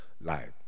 life